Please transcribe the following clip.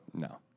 No